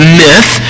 myth